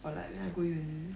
or like when I go uni